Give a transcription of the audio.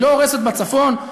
היא לא הורסת בצפון,